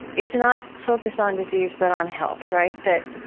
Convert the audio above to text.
it's not focused on disease, but on health, right? that,